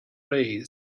raise